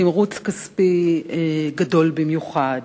תמריץ כספי גדול במיוחד,